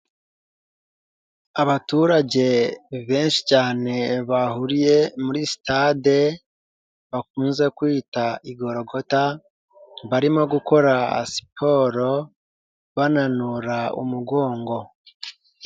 Abaturage benshi cyane bahuriye muri sitade bakunze kwita i gorologota, barimo gukora siporo bananura umugongo.